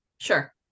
Sure